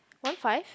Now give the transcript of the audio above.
one five